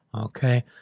Okay